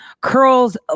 curls